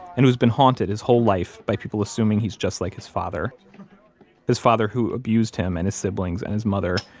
and who's been haunted his whole life by people assuming he's just like his father his father who abused him and his siblings and his mother,